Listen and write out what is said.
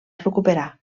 recuperar